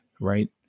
right